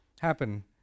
happen